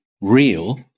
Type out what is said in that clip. real